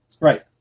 Right